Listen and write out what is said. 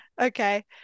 Okay